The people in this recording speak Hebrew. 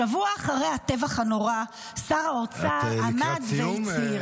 שבוע אחרי הטבח הנורא שר האוצר עמד והצהיר -- את לקראת סיום,